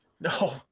No